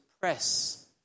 press